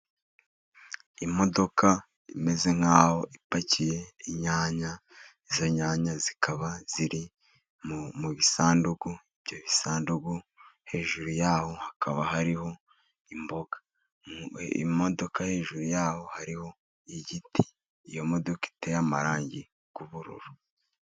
Imodoka imeze nk'aho ipakiye inyanya. Izo nyanya zikaba ziri mu bisanduku. Ibyo bisanduku hejuru yaho hakaba hariho imboga. Imodoka hejuru yaho hariho igiti, iyo modoka iteye amarangi y'ubururu.